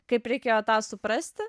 kaip reikėjo tą suprasti